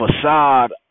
facade